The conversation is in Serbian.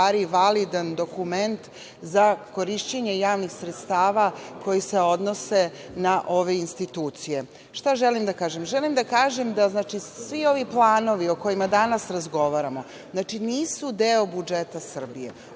validan dokument za korišćenje javnih sredstava koji se odnose na ove institucije. Šta želim da kažem? Želim da kažem da svi ovi planovi o kojima danas razgovaramo nisu deo budžeta Srbije.